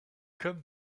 comme